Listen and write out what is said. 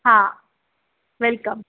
हां वेलकम